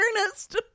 earnest